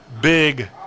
big